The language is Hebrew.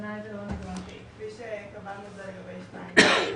כפי שקבענו לגבי 2(ב).